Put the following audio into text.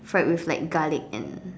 fried with like garlic and